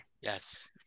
Yes